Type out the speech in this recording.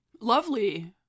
Lovely